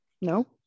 No